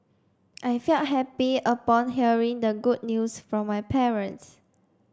I felt happy upon hearing the good news from my parents